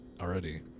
already